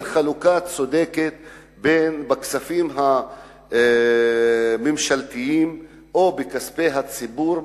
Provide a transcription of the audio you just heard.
חלוקה צודקת של הכספים הממשלתיים או כספי הציבור,